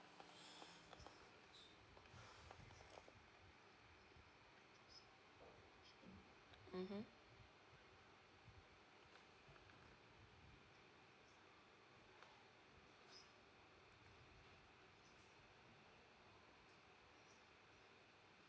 mmhmm